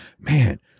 man